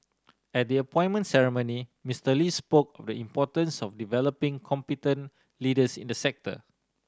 at the appointment ceremony Mister Lee spoke of the importance of developing competent leaders in the sector